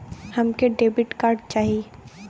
हमके debit card चाही?